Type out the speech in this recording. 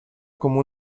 como